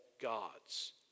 gods